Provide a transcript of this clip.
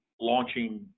launching